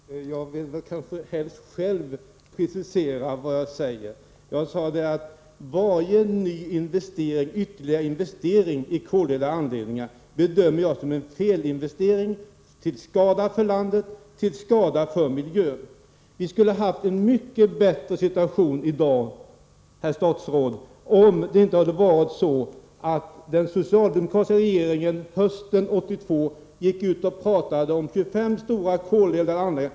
Herr talman! Jag vill helst själv precisera vad jag säger. Jag sade att jag bedömer varje ny ytterligare investering i koleldade anläggningar som en felinvestering till skada för landet och till skada för miljön. Vi skulle ha haft en mycket bättre situation i dag, herr statsråd, om inte den socialdemokratiska regeringen hösten 1982 hade pratat om 25 stora koleldade anläggningar.